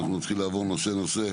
אנחנו נתחיל לעבור נושא נושא,